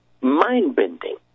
mind-bending